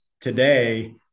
today